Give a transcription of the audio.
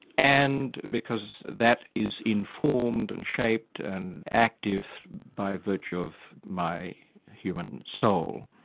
and because that is informed and shaped and active by virtue of my human soul.